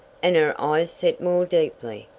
and her eyes set more deeply.